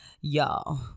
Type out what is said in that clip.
Y'all